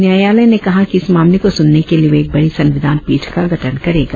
न्यायालय ने कहा है कि इस मामले को सुनने के लिए वे एक बड़ी संविधान पीठ का गठन करेगा